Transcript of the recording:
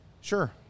sure